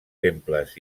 temples